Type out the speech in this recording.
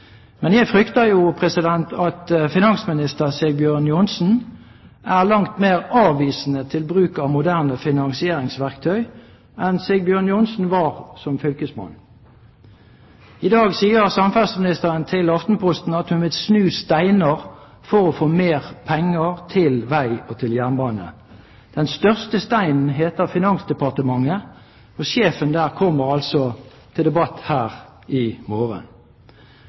Men jeg frykter jo at finansminister Sigbjørn Johnsen er langt mer avvisende til bruk av moderne finansieringsverktøy enn Sigbjørn Johnsen var som fylkesmann. I dag sier samferdselsministeren til Aftenposten at hun vil «snu steiner» for å få mer penger til vei og jernbane. Den største steinen heter Finansdepartementet, og sjefen der kommer altså til debatt her i morgen.